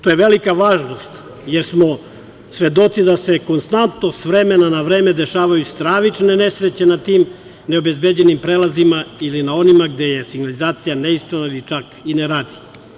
To je velika važnost, jer smo svedoci da se konstantno, s vremena na vreme, dešavaju stravične nesreće na tim neobezbeđenim prelazima ili na onima gde je signalizacija neispravna ili čak ne radi.